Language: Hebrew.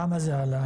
למה זה עלה?